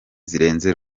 zirenze